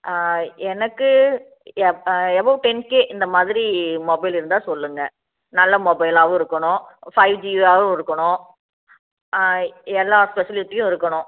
எனக்கு up above ten K இந்த மாதிரி மொபைல் இருந்தால் சொல்லுங்க நல்ல மொபைலாகவும் இருக்கணும் ஃபைவ் ஜி இதாகவும் இருக்கணும் எல்லா ஃபெசிலிட்டியும் இருக்கணும்